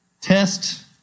test